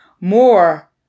More